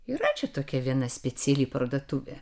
yra čia tokia viena speciali parduotuvė